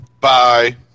Bye